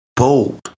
bold